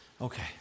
Okay